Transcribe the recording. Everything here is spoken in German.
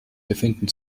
befinden